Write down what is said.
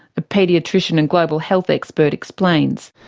a paediatrician and global health expert, explains.